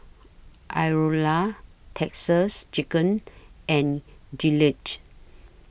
Iora Texas Chicken and Gillette